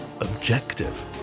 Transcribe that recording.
objective